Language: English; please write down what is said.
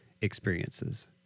experiences